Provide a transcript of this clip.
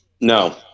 No